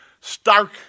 stark